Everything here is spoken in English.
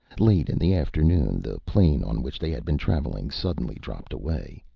late in the afternoon, the plain on which they had been traveling suddenly dropped away.